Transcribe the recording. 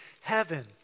heaven